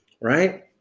right